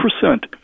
percent